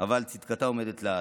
אבל צדקתם עומדת לעד.